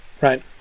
right